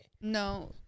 No